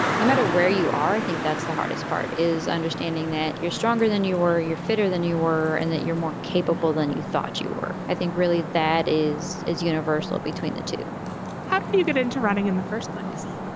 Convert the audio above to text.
no matter where you are, i think that's the hardest part is understanding that you're stronger than you were, you're fitter than you were, and that you're more capable than you thought you were. i think really that is is universal. between the two how do do you get into running in the first place?